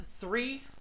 three